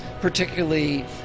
particularly